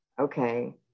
okay